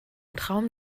traum